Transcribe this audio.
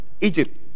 Egypt